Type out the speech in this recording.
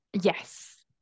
Yes